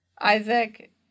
Isaac